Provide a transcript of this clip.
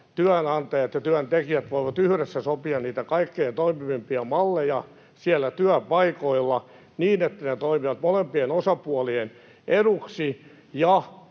työnantajat ja työntekijät voivat yhdessä sopia niitä kaikkein toimivimpia malleja siellä työpaikoilla niin, että ne toimivat molempien osapuolien eduksi ja